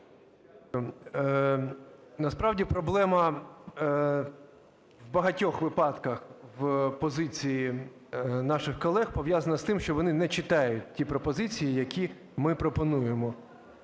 Насправді проблема в багатьох випадках в позиції наших колег пов'язана з тим, що вони не читають ті пропозиції, які ми пропонуємо.